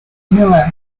miller